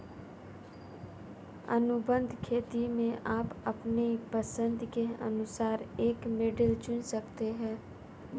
अनुबंध खेती में आप अपनी पसंद के अनुसार एक मॉडल चुन सकते हैं